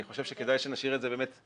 אני חושב שכדאי שנשאיר את זה תלוי.